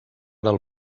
del